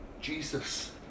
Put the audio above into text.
Jesus